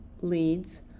leads